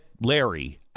Larry